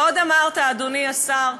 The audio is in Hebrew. ועוד אמרת, אדוני השר,